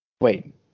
Wait